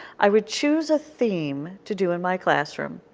i would choose a theme to do in my classroom,